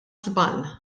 żball